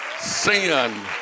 sin